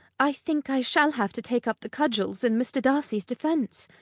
i think i shall have to take up the cudgels in mr. darcy's defence.